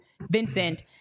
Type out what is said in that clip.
Vincent